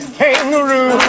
kangaroo